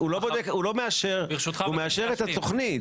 הוא מאשר את התוכנית,